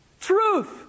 truth